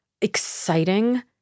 exciting